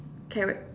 carrot